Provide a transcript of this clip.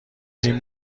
این